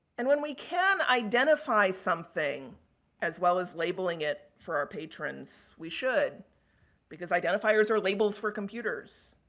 and, when we can identify something as well as labeling it for our patrons, we should because identifiers are labels for computers.